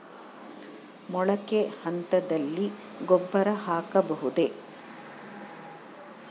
ಮೊಳಕೆ ಹಂತದಲ್ಲಿ ಗೊಬ್ಬರ ಹಾಕಬಹುದೇ?